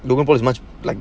logan paul is much like